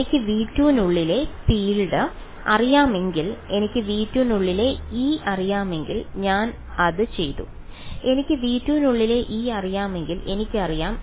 എനിക്ക് V2 നുള്ളിലെ field അറിയാമെങ്കിൽ എനിക്ക് V2 നുള്ളിലെ E അറിയാമെങ്കിൽ ഞാൻ അതെ ചെയ്തു എനിക്ക് V2 നുള്ളിലെ E അറിയാമെങ്കിൽ എനിക്കറിയാം